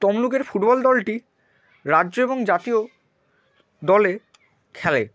তমলুকের ফুটবল দলটি রাজ্য এবং জাতীয় দলে খেলে